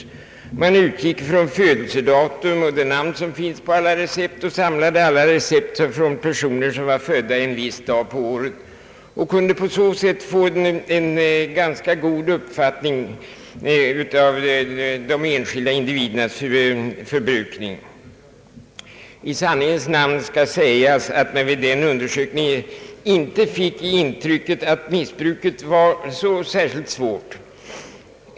Man utgick från födelsedatum och det namn som finns på alla recept, samlade ihop recepten för personer födda en viss dag på året och kunde på så sätt få en ganska god uppfattning om de enskilda individernas förbrukning. I sanningens namn skall sägas att man vid den undersökningen inte fick intryck av att missbruket var särskilt svårt.